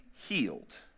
healed